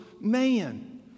man